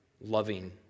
loving